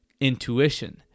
intuition